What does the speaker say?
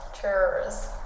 Cheers